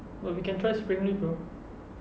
but we can try spring leaf though